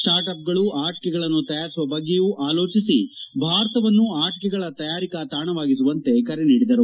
ಸ್ಸಾರ್ಟ್ up ಗಳು ಆಟಕೆಗಳನ್ನು ತಯಾರಿಸುವ ಬಗ್ಗೆಯೂ ಆಲೋಚಿಸಿ ಭಾರತವನ್ನು ಆಟಕೆಗಳ ತಯಾರಿಕಾ ತಾಣವಾಗಿಸುವಂತೆ ಕರೆ ನೀಡಿದರು